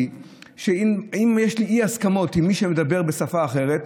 שאם יש לי אי-הסכמות עם מי שמדבר בשפה אחרת,